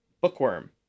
bookworm